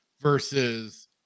versus